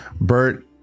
Bert